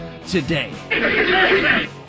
today